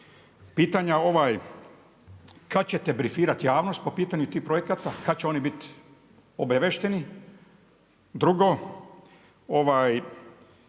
Pitanja, kad ćete brifirati javnost po pitanju tih projekata? Kad će oni bit obaviješteni? Drugo, šta